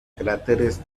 cráteres